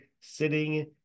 sitting